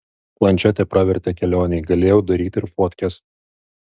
plančetė pravertė kelionėj galėjau daryti ir fotkes